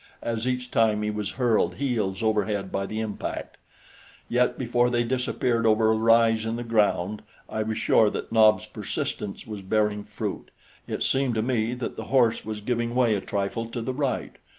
as each time he was hurled heels over head by the impact yet before they disappeared over a rise in the ground i was sure that nobs' persistence was bearing fruit it seemed to me that the horse was giving way a trifle to the right.